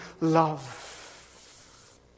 love